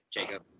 Jacob